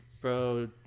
bro